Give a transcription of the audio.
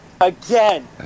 Again